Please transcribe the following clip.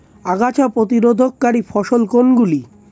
আগাছা প্রতিরোধকারী ফসল কোনগুলি?